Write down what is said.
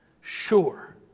sure